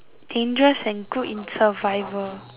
dangerous and good in survival